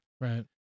right